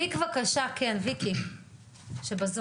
ויק בבקשה, ויקי בזום.